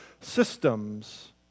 systems